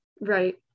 Right